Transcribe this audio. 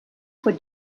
for